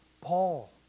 Paul